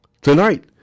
tonight